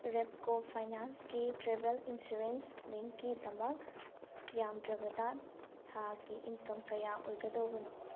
ꯔꯦꯞꯀꯣ ꯐꯥꯏꯅꯥꯟꯁꯀꯤ travel insurance ꯂꯤꯡꯀꯤꯗꯃꯛ ꯌꯥꯝꯗ꯭ꯔꯕꯗ ꯊꯥꯒꯤ ꯏꯟꯀꯝ ꯀꯌꯥ ꯑꯣꯏꯒꯗꯧꯕꯅꯣ